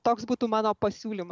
toks būtų mano pasiūlymas